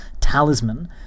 talisman